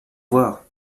voir